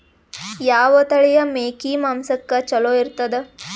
ಯಾವ ತಳಿಯ ಮೇಕಿ ಮಾಂಸಕ್ಕ ಚಲೋ ಇರ್ತದ?